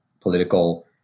political